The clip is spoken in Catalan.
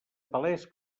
palès